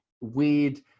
weird